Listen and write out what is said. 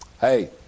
Hey